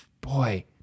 Boy